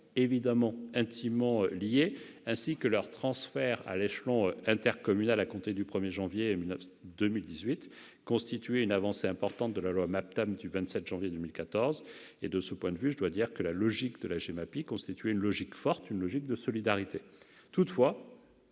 qui sont intimement liées, ainsi que leur transfert à l'échelon intercommunal à compter du 1 janvier 2018, constituait une avancée importante de la loi du MAPTAM du 27 janvier 2014. De ce point de vue, la GEMAPI a suivi une logique forte, une logique de solidarité. Toutefois,